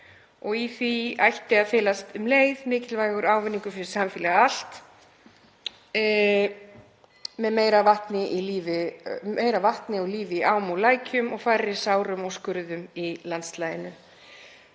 Í því ætti að felast um leið mikilvægur ávinningur fyrir samfélagið allt með meira vatni og lífi í ám og lækjum og færri sárum og skurðum í landslaginu.